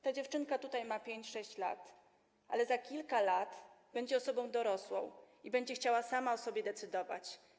Ta dziewczynka ma 5, 6 lat, ale za kilka lat będzie dorosłą osobą i będzie chciała sama o sobie decydować.